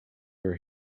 were